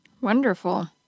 Wonderful